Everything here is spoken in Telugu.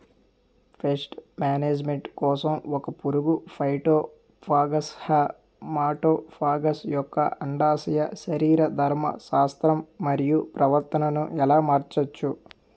పేస్ట్ మేనేజ్మెంట్ కోసం ఒక పురుగు ఫైటోఫాగస్హె మటోఫాగస్ యెక్క అండాశయ శరీరధర్మ శాస్త్రం మరియు ప్రవర్తనను ఎలా మార్చచ్చు?